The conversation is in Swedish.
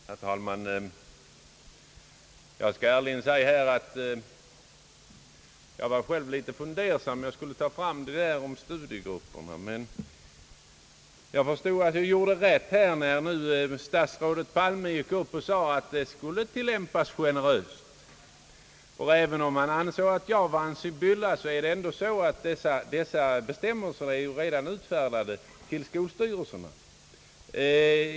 Herr talman! Jag skall ärligen säga att jag var något fundersam över om jag skulle ta upp frågan om studiegrupperna, men jag förstod att jag gjorde rätt när statsrådet Palme gick upp och sade att bestämmelserna skulle tilläm pas generöst. Även om han ansåg att jag var en sibylla förhåller det sig så, att dessa bestämmelser redan är utfärdade till skolstyrelserna.